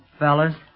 fellas